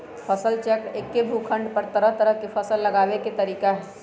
फसल चक्र एक्के भूखंड पर तरह तरह के फसल लगावे के तरीका हए